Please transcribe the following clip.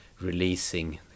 releasing